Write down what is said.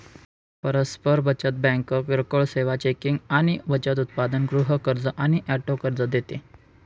परस्पर बचत बँक किरकोळ सेवा, चेकिंग आणि बचत उत्पादन, गृह कर्ज आणि ऑटो कर्ज देते